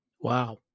Wow